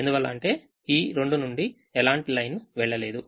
ఎందువల్ల అంటే ఈ 2 నుండి ఎలాంటి లైన్ వెళ్లలేదు